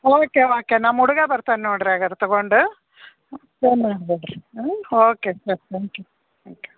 okay okay ನಮ್ಮ ಹುಡುಗ ಬರ್ತಾನೆ ನೋಡಿರಿ ಹಾಗಾರ್ ತಗೊಂಡು okay sir thank you thank you